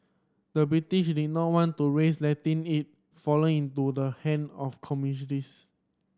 the British did not want to risk letting it fall into the hand of